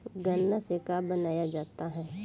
गान्ना से का बनाया जाता है?